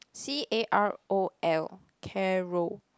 c_a_r_o_l carol